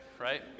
Right